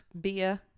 Beer